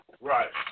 Right